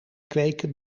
kweken